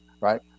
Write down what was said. Right